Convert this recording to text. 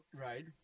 Right